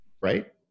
right